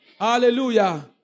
Hallelujah